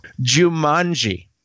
Jumanji